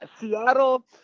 Seattle